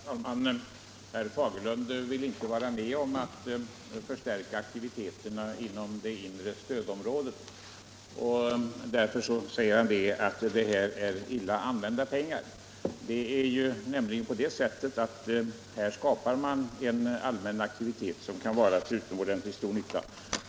Herr talman! Herr Fagerlund vill inte vara med om att förstärka aktiviteterna i det inre stödområdet utan sade att detta är illa använda pengar. Men här skapar man ju en allmän aktivitet, som kan vara till utomordentligt stor nytta.